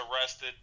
arrested